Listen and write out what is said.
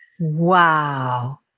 Wow